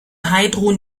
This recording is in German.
heidrun